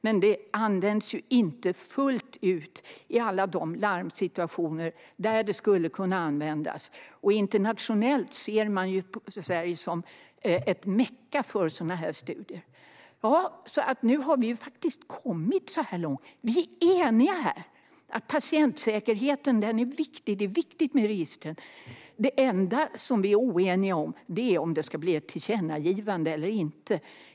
Men det används inte fullt ut i alla de larmsituationer där det skulle kunna användas. Internationellt ser man det som ett Mecka för sådana studier. Nu har vi faktiskt kommit så här långt. Vi är eniga här! Patientsäkerheten är viktig, och det är viktigt med register. Det enda vi är oeniga om är om det ska bli ett tillkännagivande eller inte.